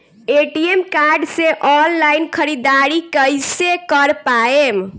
ATM card से online ख़रीदारी कइसे कर पाएम?